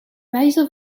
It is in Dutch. wijzer